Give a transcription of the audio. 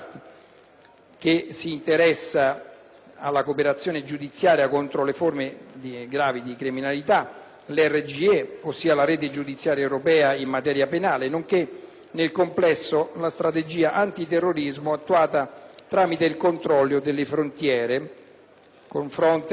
che si interessa alla cooperazione giudiziaria contro le forme gravi di criminalità; l'RGE, la rete giudiziaria europea in materia penale. Si pensi poi nel complesso alla strategia antiterrorismo attuata tramite il controllo delle frontiere con FRONTEX,